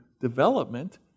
development